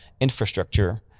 infrastructure